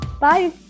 Bye